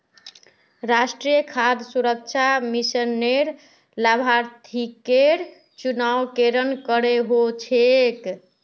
राष्ट्रीय खाद्य सुरक्षा मिशनेर लाभार्थिकेर चुनाव केरन करें हो छेक